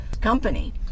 company